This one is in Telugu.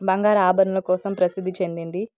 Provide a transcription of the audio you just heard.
బంగార ఆభరణల కోసం ప్రసిద్ధి చెందింది